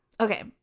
okay